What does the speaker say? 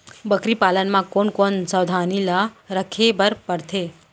बकरी पालन म कोन कोन सावधानी ल रखे बर पढ़थे?